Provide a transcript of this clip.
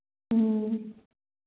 ꯎꯝ